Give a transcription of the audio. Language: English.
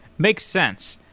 makes sense.